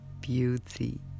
beauty